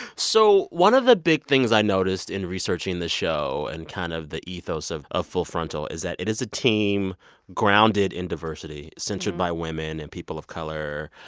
so one of the big things i noticed in researching the show and kind of the ethos of of full frontal is that it is a team grounded in diversity, centered by women and people of color.